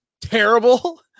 Terrible